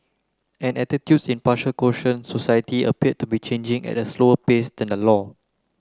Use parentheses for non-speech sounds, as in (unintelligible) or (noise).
and attitudes in (unintelligible) Croatian society appear to be changing at a slower pace than the law